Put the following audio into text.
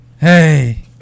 hey